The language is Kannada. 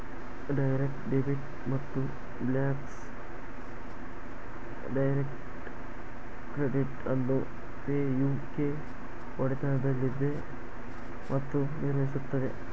ಡೈರೆಕ್ಟ್ ಡೆಬಿಟ್ ಮತ್ತು ಬ್ಯಾಕ್ಸ್ ಡೈರೆಕ್ಟ್ ಕ್ರೆಡಿಟ್ ಅನ್ನು ಪೇ ಯು ಕೆ ಒಡೆತನದಲ್ಲಿದೆ ಮತ್ತು ನಿರ್ವಹಿಸುತ್ತದೆ